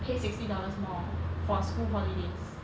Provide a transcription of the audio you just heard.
pay sixty dollars more for school holidays